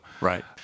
right